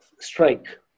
strike